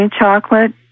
chocolate